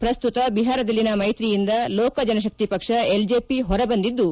ಪ್ರಸ್ತುತ ಬಿಹಾರದಲ್ಲಿನ ಮೈತ್ರಿಯಿಂದ ಲೋಕ ಜನಶಕ್ತಿ ಪಕ್ಷ ಎಲ್ಜೆಪಿ ಹೊರ ಬಂದಿದ್ದು